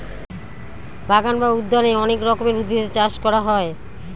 বাগান বা উদ্যানে অনেক রকমের উদ্ভিদের চাষ করা হয়